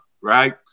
right